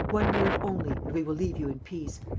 one word only. and we will leave you in peace.